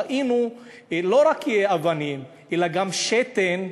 ראינו לא רק אבנים אלא גם שתן,